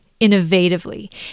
innovatively